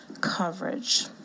coverage